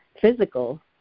physical